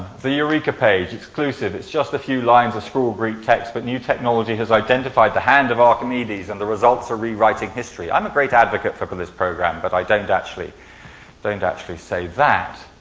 the eureka page, exclusive, it's just a few lines of scrolled greek text but new technology has identified the hand of archimedes and the results are rewriting history. i'm a great advocate for for this program, but i don't actually don't actually say that.